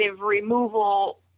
removal